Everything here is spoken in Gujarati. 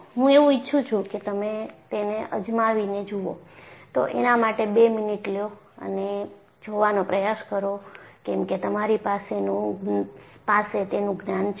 હું એવું ઈચ્છું છું કે તમે તેને અજમાવી ને જુઓ તો એના માટે 2 મિનિટ લ્યો અને જોવાનો પ્રયાસ કરો કેમકે તમારી પાસે તેનું જ્ઞાન છે